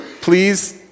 please